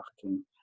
trafficking